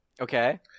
Okay